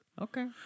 Okay